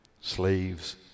slaves